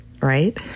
right